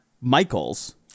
Michaels